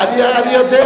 אני יודע.